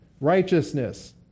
righteousness